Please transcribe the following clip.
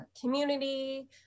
community